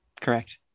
Correct